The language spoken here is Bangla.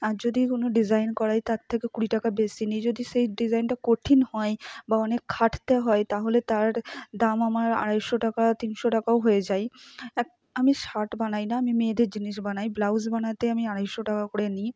আর যদি কোনো ডিজাইন করায় তার থেকে কুড়ি টাকা বেশি নিই যদি সেই ডিজাইনটা কঠিন হয় বা অনেক খাটতে হয় তাহলে তার দাম আমার আড়াইশো টাকা তিনশো টাকাও হয়ে যায় আমি শার্ট বানাই না আমি মেয়েদের জিনিস বানাই ব্লাউজ বানাতে আমি আড়াইশো টাকা করে নিই